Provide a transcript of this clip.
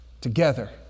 together